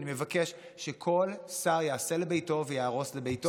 אני מבקש שכל שר יעשה לביתו ויהרוס לביתו.